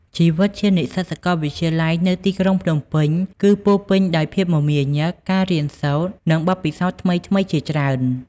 ជីវិតជានិស្សិតសាកលវិទ្យាល័យនៅទីក្រុងភ្នំពេញ គឺពោរពេញដោយភាពមមាញឹក ការរៀនសូត្រ និងបទពិសោធន៍ថ្មីៗជាច្រើន។